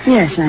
Yes